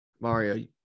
Mario